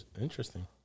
interesting